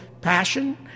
passion